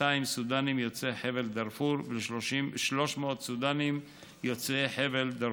סודנים יוצאי חבל דארפור ול-300 סודנים יוצאי חבל דארפור.